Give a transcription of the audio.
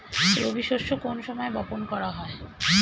রবি শস্য কোন সময় বপন করা হয়?